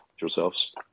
yourselves